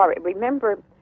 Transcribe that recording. Remember